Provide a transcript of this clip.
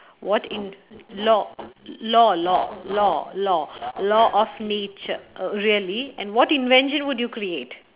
what in law law law law law law of nature really and what invention would you create